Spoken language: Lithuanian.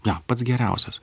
jo pats geriausias